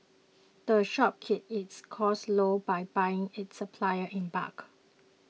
the shop keeps its costs low by buying its supplies in bulk